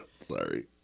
Sorry